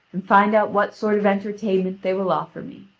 and find out what sort of entertainment they will offer me.